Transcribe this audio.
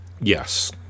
Yes